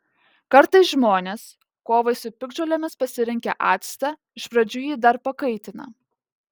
kartais žmonės kovai su piktžolėmis pasirinkę actą iš pradžių jį dar pakaitina